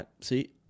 See